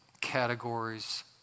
categories